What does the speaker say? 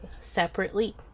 separately